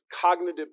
cognitive